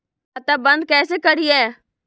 खाता बंद कैसे करिए?